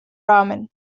ramen